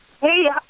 Hey